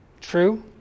True